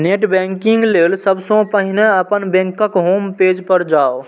net banking लेल सबसं पहिने अपन बैंकक होम पेज पर जाउ